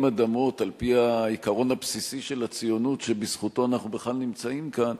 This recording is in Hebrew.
אדמות על-פי העיקרון הבסיסי של הציונות שבזכותו אנחנו בכלל נמצאים כאן,